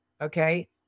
Okay